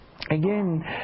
again